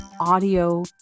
audio